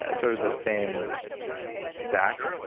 ah sort of the same stack,